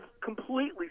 completely